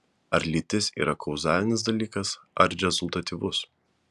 ar lytis yra kauzalinis dalykas ar rezultatyvus